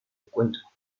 encuentro